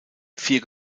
vier